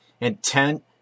intent